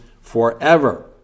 forever